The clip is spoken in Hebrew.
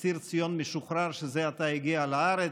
אסיר ציון משוחרר שזה עתה הגיע לארץ.